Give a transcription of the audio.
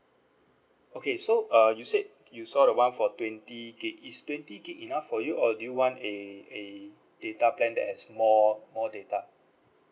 okay so uh you said you saw the one for twenty gig is twenty gig enough for you or do you want eh eh data plan that has more more data